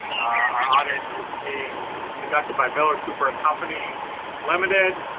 our audit is being conducted by miller cooper and company limited,